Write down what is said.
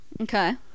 Okay